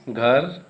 घर